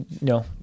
No